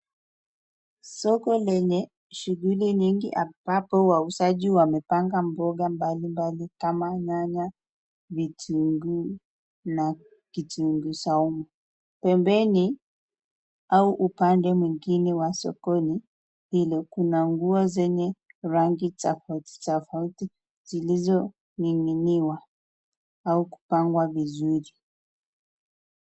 Soko lenye shughuli nyingi ambapo wauuzaji wamepanga mboga mbalimbali kama nyanya, vitunguu na kitunguu saumu. Pembeni au upande mwingine wa soko hili lina nguo zenye rangi tofauti tofauti zilizoning'iniwa au kupangwa vizuri.